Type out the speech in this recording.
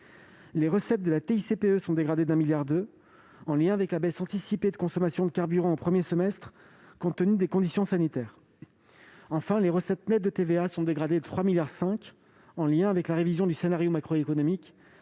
énergétiques (TICPE) sont dégradées de 1,2 milliard d'euros, en lien avec la baisse anticipée de consommation de carburant au premier semestre, compte tenu des conditions sanitaires. Enfin, les recettes nettes de TVA sont dégradées de 3,5 milliards d'euros, en lien avec la révision du scénario macroéconomique,